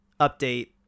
update